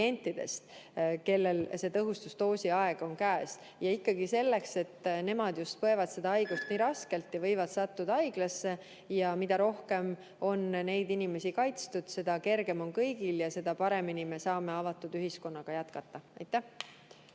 kellel tõhustusdoosi aeg on käes, tõhustusdoosiga vaktsineeritud. Nemad põevad seda haigust nii raskelt ja võivad sattuda haiglasse. Mida rohkem on need inimesed kaitstud, seda kergem on kõigil ja seda paremini me saame avatud ühiskonnaga jätkata. Aitäh!